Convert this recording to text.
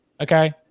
Okay